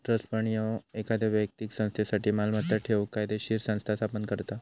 trust fund ह्यो एखाद्यो व्यक्तीक संस्थेसाठी मालमत्ता ठेवूक कायदोशीर संस्था स्थापन करता